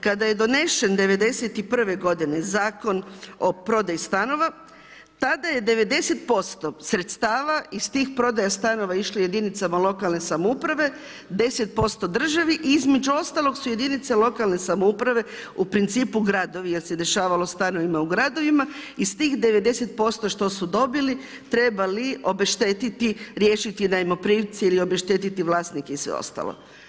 Kada je donesen '91. godine Zakon o prodaji stanova tada je 90% sredstava iz tih prodaja stanova išlo jedinicama lokalne samouprave, 10% državi i između ostalog su jedinice lokalne samouprave u principu gradovi jer se dešavalo stanovima u gradovima iz tih 90% što su dobili trebali obešteti riješiti najmoprimci ili obeštetiti vlasnike i sve ostalo.